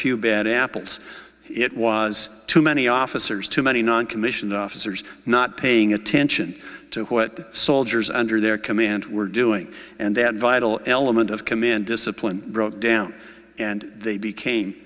few bad apples it was too many officers too many noncommissioned officers not paying attention to what soldiers under their command were doing and that vital element of command discipline broke down and they became